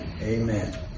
Amen